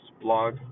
blog